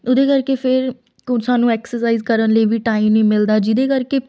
ਉਹਦੇ ਕਰਕੇ ਫਿਰ ਹੁਣ ਸਾਨੂੰ ਐਕਸਸਾਈਜ ਕਰਨ ਲਈ ਵੀ ਟਾਈਮ ਨਹੀਂ ਮਿਲਦਾ ਜਿਹਦੇ ਕਰਕੇ